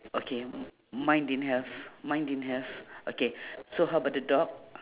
okay mine didn't have mine didn't have okay so how about the dog